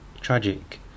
tragic